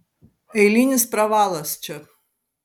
eilinis pravalas čia